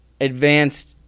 advanced